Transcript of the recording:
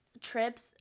trip's